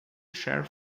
chair